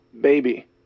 baby